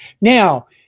Now